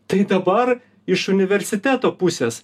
tai dabar iš universiteto pusės